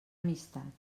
amistat